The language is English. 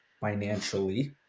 financially